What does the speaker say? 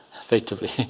effectively